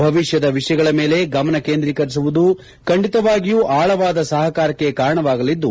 ಭವಿಷ್ಯದ ವಿಷಯಗಳ ಮೇಲೆ ಗಮನ ಕೇಂದ್ರೀಕರಿಸುವುದು ಖಂಡಿತಾವಾಗಿಯೂ ಅಳವಾದ ಸಹಕಾರಕ್ಕೆ ಕಾರಣವಾಗಲಿದ್ದು